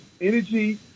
energy